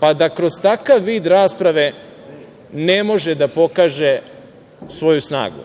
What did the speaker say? pa da kroz takav vid rasprave ne može da pokaže svoju snagu.